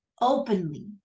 openly